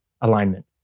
alignment